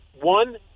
one